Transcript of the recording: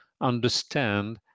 understand